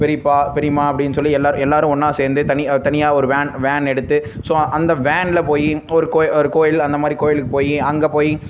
பெரியப்பா பெரியம்மா அப்படின் சொல்லி எல்லா எல்லாரும் ஒன்னாக சேர்ந்து தனி தனியா ஒரு வேன் வேன் எடுத்து ஸோ அந்த வேனில் போய் ஒரு கோ ஒரு கோயில் அந்தமாதிரி கோயிலுக்கு போய் அங்கே போய்